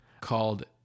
called